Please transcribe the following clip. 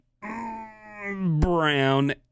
Brown